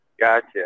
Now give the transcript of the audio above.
Gotcha